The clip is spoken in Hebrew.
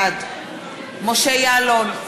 בעד משה יעלון,